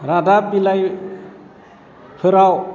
रादाब बिलाइफोराव